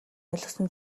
ойлгосон